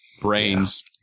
brains